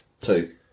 Two